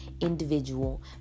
individual